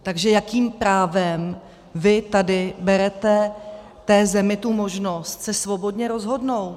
Takže jakým právem vy tady berete té zemi možnost se svobodně rozhodnout?